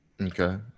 okay